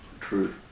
True